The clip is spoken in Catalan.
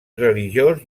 religiós